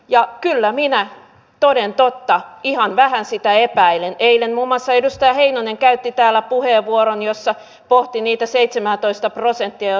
ja kyllä minä toden totta ihan vähän sitä ei näiden teiden lomassa edustaja heinonen käytti täällä puheenvuoron jossa pohti niitä seitsemäätoista prosenttia